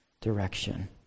direction